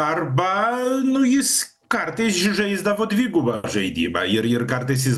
arba nu jis kartais žaisdavo dvigubą žaidimą ir ir kartais jis